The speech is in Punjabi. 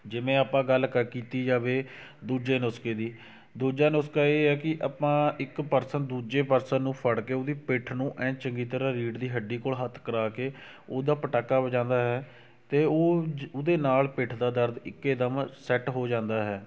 ਜਿਵੇਂ ਆਪਾਂ ਗੱਲ ਕ ਕੀਤੀ ਜਾਵੇ ਦੂਜੇ ਨੁਸਖੇ ਦੀ ਦੂਜਿਆਂ ਨੁਸਕਾ ਇਹ ਹੈ ਕਿ ਆਪਾਂ ਇੱਕ ਪਰਸਨ ਦੂਜੇ ਪਰਸਨ ਨੂੰ ਫੜ ਕੇ ਉਹਦੀ ਪਿੱਠ ਨੂੰ ਐਂ ਚੰਗੀ ਤਰ੍ਹਾਂ ਰੀੜ ਦੀ ਹੱਡੀ ਕੋਲ ਹੱਥ ਕਰਾ ਕੇ ਉਹਦਾ ਪਟਾਕਾ ਵਜਾਉਂਦਾ ਹੈ ਅਤੇ ਉਹ ਉਹਦੇ ਨਾਲ ਪਿੱਠ ਦਾ ਦਰਦ ਇੱਕ ਏ ਦਮ ਸੈਟ ਹੋ ਜਾਂਦਾ ਹੈ